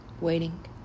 Waiting